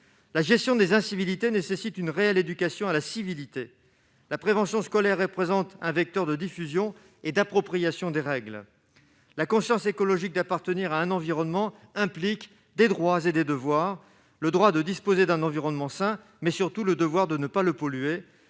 La gestion des incivilités nécessite une réelle éducation à la civilité. La prévention scolaire représente un vecteur de diffusion et d'appropriation des règles. La conscience écologique d'appartenir à un environnement implique des droits et des devoirs, le droit de disposer d'un environnement sain, mais surtout le devoir de ne pas le polluer.